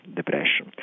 depression